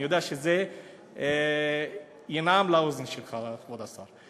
אני יודע שזה ינעם לאוזן שלך, כבוד השר.